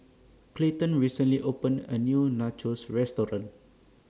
Clayton recently opened A New Nachos Restaurant